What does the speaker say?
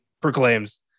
proclaims